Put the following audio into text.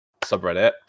subreddit